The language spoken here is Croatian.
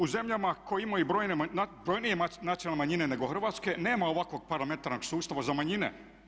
U zemljama koje imaju brojnije nacionalne manjine nego hrvatske nema ovakvog parlamentarnog sustava za manjine.